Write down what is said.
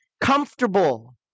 comfortable